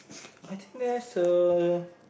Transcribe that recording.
I think there's a